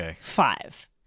five